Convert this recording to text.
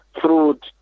fruit